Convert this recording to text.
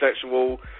sexual